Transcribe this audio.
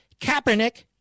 Kaepernick